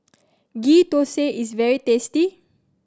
Ghee Thosai is very tasty